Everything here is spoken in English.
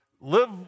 live